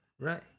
Right